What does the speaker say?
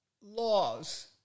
laws